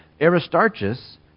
Aristarchus